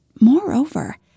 moreover